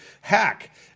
hack